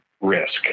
risk